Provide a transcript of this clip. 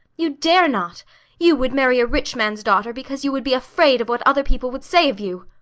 you dare not you would marry a rich man's daughter because you would be afraid of what other people would say of you.